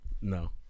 no